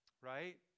Right